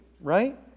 Right